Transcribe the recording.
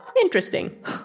Interesting